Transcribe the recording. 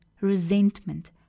resentment